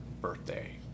birthday